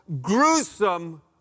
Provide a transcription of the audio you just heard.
gruesome